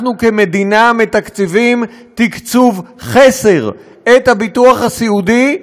אנחנו כמדינה מתקצבים תקצוב חסר את הביטוח הסיעודי,